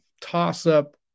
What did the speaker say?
toss-up